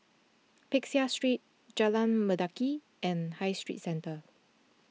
Peck Seah Street Jalan Mendaki and High Street Centre